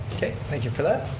okay, thank you for that.